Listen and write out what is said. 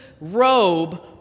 robe